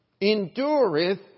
endureth